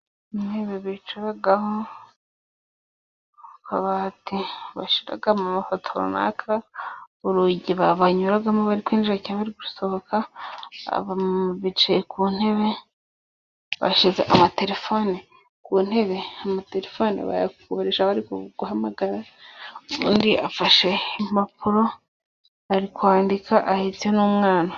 Intebe bicaraho, akabati bashyira mu mafoto runaka, urugi banyuramo bari kwinjira cyangwa gusohoka, abamama bicaye ku ntebe, bashyize amatelefoni ku ntebe, amatelefoni bayakoresha bari guhamagara, undi afashe impapuro ari kwandika ahetse n'umwana.